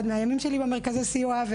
עוד מהימים שלי במרכזי הסיוע,